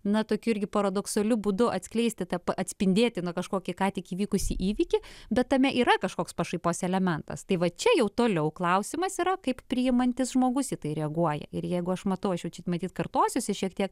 na tokiu irgi paradoksaliu būdu atskleisti tą atspindėti na kažkokį ką tik įvykusį įvykį bet tame yra kažkoks pašaipos elementas tai va čia jau toliau klausimas yra kaip priimantis žmogus į tai reaguoja ir jeigu aš matau aš jau čia matyt kartosiuosi šiek tiek